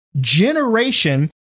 generation